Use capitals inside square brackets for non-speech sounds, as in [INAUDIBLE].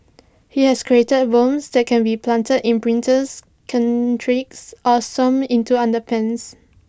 he has created bombs that can be planted in printer [UNINTELLIGIBLE] or sewn into underpants